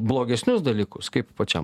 blogesnius dalykus kaip pačiam